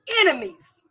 enemies